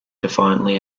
defiantly